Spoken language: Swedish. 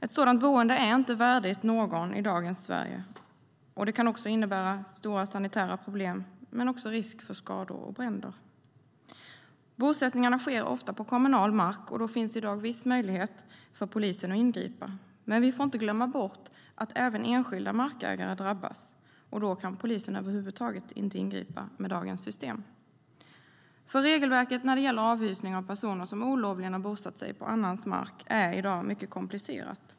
Ett sådant boende är inte värdigt någon i dagens Sverige, och det kan också innebära stora sanitära problem och risk för skador och bränder. Regelverket för avhysning av personer som olovligen har bosatt sig på annans mark är mycket komplicerat.